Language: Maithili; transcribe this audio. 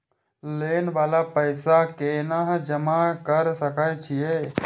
लोन वाला पैसा केना जमा कर सके छीये?